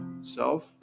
self